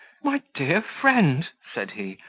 my dear friend! said he,